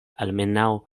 almenaŭ